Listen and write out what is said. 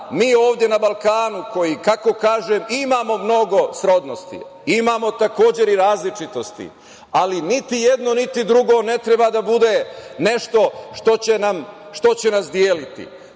mi ovde na Balkanu koji, kako kažem, imamo mnogo srodnosti. Imamo takođe i različitosti, ali niti jedno, niti drugo ne treba da bude nešto što će nas deliti.